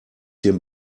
den